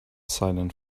silent